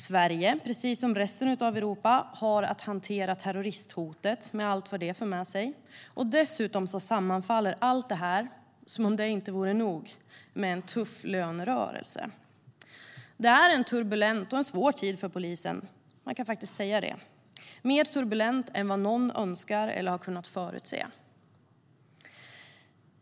Sverige har, precis som resten av Europa, att hantera terroristhotet med allt vad det för med sig. Dessutom sammanfaller allt detta, som om det inte vore nog, med en tuff lönerörelse. Det är en turbulent och svår tid för polisen, mer turbulent än vad någon önskar eller har kunnat förutse.